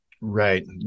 Right